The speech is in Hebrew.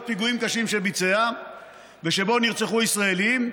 פיגועים קשים שביצע ושבהם נרצחו ישראלים,